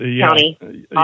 County